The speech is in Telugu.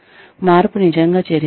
మార్పు నిజంగా జరిగిందా